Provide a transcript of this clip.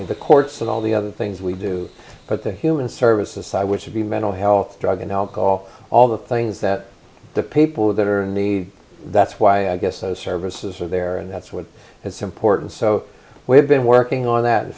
the the courts and all the other things we do but the human services side which should be mental health drug and alcohol all the things that the people that are in need that's why i guess those services are there and that's what is important so we have been working on that in